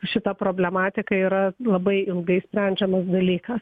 šita problematika yra labai ilgai sprendžiamas dalykas